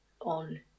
on